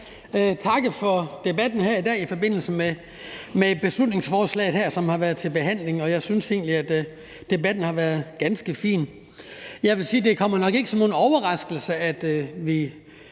takke for debatten her i dag i forbindelse med beslutningsforslaget her, som har været til behandling. Jeg synes egentlig, at debatten har været ganske fin. Jeg vil sige, at det nok ikke kommer som nogen overraskelse, at vi